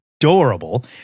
adorable